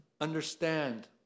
understand